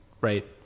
right